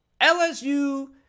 LSU